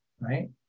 Right